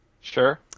sure